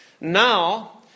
now